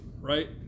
right